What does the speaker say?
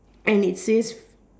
and it says